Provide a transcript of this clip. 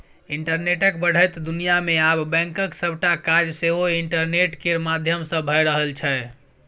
इंटरनेटक बढ़ैत दुनियाँ मे आब बैंकक सबटा काज सेहो इंटरनेट केर माध्यमसँ भए रहल छै